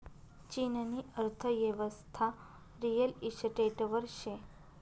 चीननी अर्थयेवस्था रिअल इशटेटवर शे